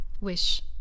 wish